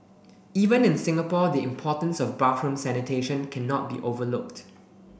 even in Singapore the importance of bathroom sanitation cannot be overlooked